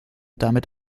damit